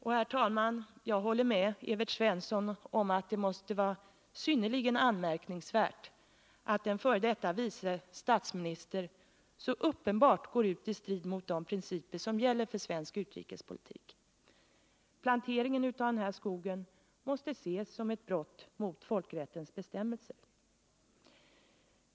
Och, herr talman, jag håller med Evert Svensson om att det måste vara synnerligen anmärkningsvärt att en f. d. vice statsminister så uppenbart går ut i strid mot de principer som gäller för svensk utrikespolitik. Planteringen av den här skogen måste ses som ett brott mot folkrättens bestämmelser.